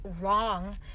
wrong